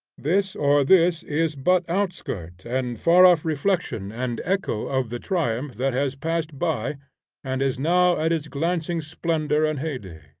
this or this is but outskirt and far-off reflection and echo of the triumph that has passed by and is now at its glancing splendor and heyday,